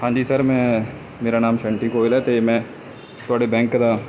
ਹਾਂਜੀ ਸਰ ਮੈਂ ਮੇਰਾ ਨਾਮ ਸ਼ੈਂਟੀ ਗੋਇਲ ਆ ਅਤੇ ਮੈਂ ਤੁਹਾਡੇ ਬੈਂਕ ਦਾ